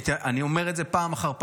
אני אומר את זה פעם אחר פעם,